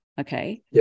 okay